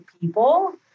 people